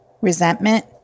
resentment